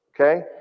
Okay